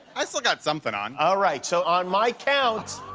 i've still got something on. all right. so on my count,